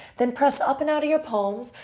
then press up and out of your palms.